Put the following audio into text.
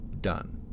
done